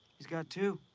he's got two.